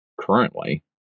currently